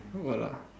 what lah